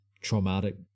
traumatic